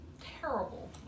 terrible